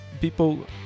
people